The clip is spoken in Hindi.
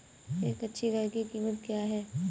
एक अच्छी गाय की कीमत क्या है?